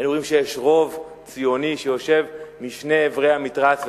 היינו רואים שיש רוב ציוני שיושב משני עברי המתרס,